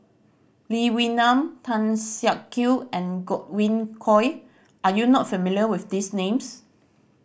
Lee Wee Nam Tan Siak Kew and Godwin Koay are you not familiar with these names